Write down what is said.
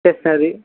dictionary